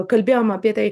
kalbėjom apie tai